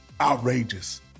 outrageous